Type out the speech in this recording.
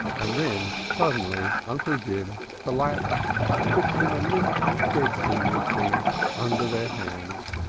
and then suddenly uncle jim collapsed and became a limp, dead seeming thing under their hands.